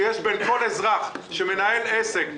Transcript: שיש בין כל אזרח שמנהל עסק,